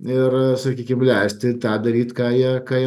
ir sakykim leisti tą daryt ką ją ką jie